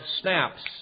snaps